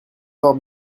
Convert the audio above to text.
fort